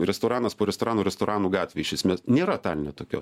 restoranas po restorano restoranų gatvė iš esmės nėra taline tokios